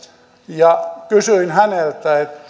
kysyin